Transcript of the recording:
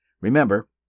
Remember